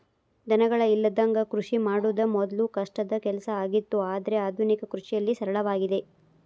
ದನಗಳ ಇಲ್ಲದಂಗ ಕೃಷಿ ಮಾಡುದ ಮೊದ್ಲು ಕಷ್ಟದ ಕೆಲಸ ಆಗಿತ್ತು ಆದ್ರೆ ಆದುನಿಕ ಕೃಷಿಯಲ್ಲಿ ಸರಳವಾಗಿದೆ